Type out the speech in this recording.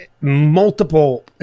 multiple